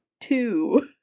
two